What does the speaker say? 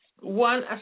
one